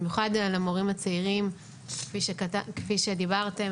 במיוחד למורים הצעירים כפי שדיברתם,